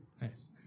Nice